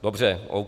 Dobře, OK.